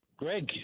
Greg